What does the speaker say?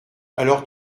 alors